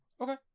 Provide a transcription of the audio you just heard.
Okay